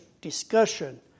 discussion